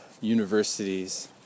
universities